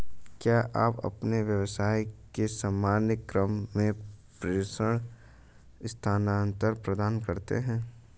क्या आप अपने व्यवसाय के सामान्य क्रम में प्रेषण स्थानान्तरण प्रदान करते हैं?